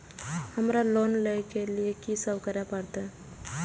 हमरा लोन ले के लिए की सब करे परते?